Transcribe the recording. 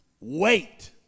wait